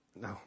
No